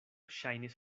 ŝajnis